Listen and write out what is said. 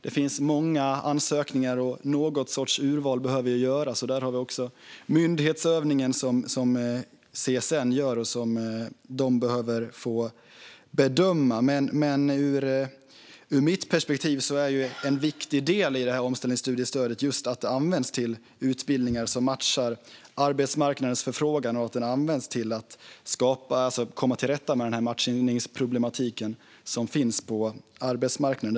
Det görs många ansökningar, och någon sorts urval behöver göras. Där står CSN för myndighetsutövningen och gör bedömningen. Ur mitt perspektiv är en viktig del i omställningsstudiestödet att det används för utbildningar som matchar arbetsmarknadens efterfrågan och för att komma till rätta med den matchningsproblematik som finns på arbetsmarknaden.